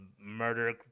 murder